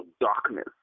darkness